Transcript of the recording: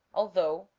although,